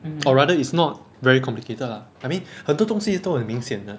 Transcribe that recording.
or rather is not very complicated lah I mean 很多东西都很明显的